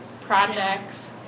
projects